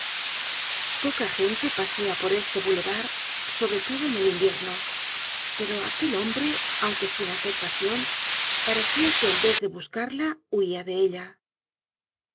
poca gente pasea por este boulevard sobre todo en el invierno pero aquel hombre aunque sin afectacion parecia que en vez de busearla huía dé ella